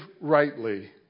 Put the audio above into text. rightly